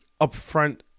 upfront